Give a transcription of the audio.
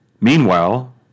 Meanwhile